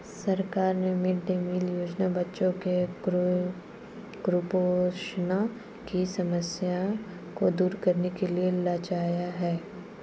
सरकार ने mid day meal योजना बच्चों में कुपोषण की समस्या को दूर करने के लिए चलाया है